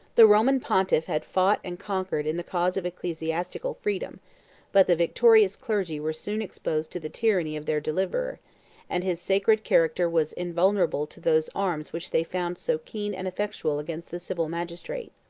the roman pontiff had fought and conquered in the cause of ecclesiastical freedom but the victorious clergy were soon exposed to the tyranny of their deliverer and his sacred character was invulnerable to those arms which they found so keen and effectual against the civil magistrate.